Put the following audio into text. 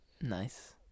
Nice